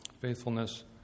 Faithfulness